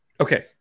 Okay